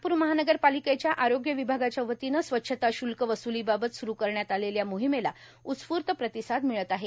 नागप्र महानगर ालिकेच्या आरोग्य विभागाच्या वतीनं स्वच्छता श्क्ल वस्लीबाबत स्रू करण्यात आलेल्या मोहिमेला उत्स्फूर्त प्रतिसाद मिळत आहे